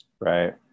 right